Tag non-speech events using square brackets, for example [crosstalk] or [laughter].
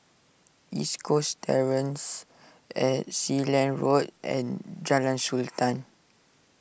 East Coast Terrace [hesitation] Sealand Road and Jalan Sultan